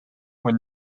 were